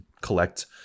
collect